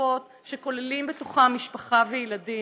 ושאיפות שכוללים בתוכם משפחה וילדים.